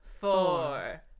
four